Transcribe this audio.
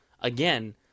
again